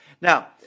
Now